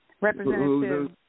representative